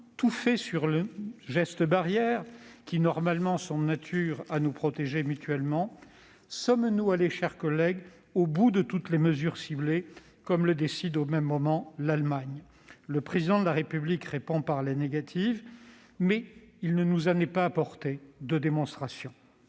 tout fait sur les gestes barrières qui sont normalement de nature à nous protéger mutuellement ? Sommes-nous allés au bout de toutes les mesures ciblées, comme le fait au même moment l'Allemagne ? Le Président de la République répond par la négative, mais il ne nous apporte pas de démonstration.